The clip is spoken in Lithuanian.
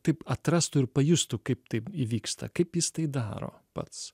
taip atrastų ir pajustų kaip taip įvyksta kaip jis tai daro pats